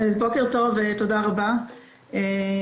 בטח לא תגדל בצורה בלתי אחראית